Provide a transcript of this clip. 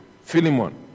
Philemon